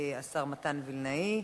השר מתן וילנאי.